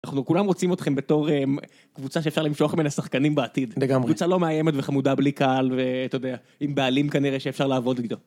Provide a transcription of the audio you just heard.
אנחנו כולם רוצים אתכם בתור קבוצה שאפשר למשוך ממנה שחקנים בעתיד. לגמרי. קבוצה לא מאיימת וחמודה בלי קהל, ואתה יודע, עם בעלים כנראה שאפשר לעבוד איתו.